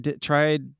tried